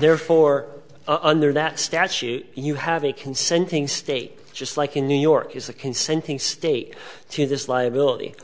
therefore under that statute you have a consenting state just like in new york is a consenting state to this liability